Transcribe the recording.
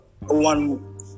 one